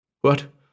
What